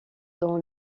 dans